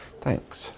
Thanks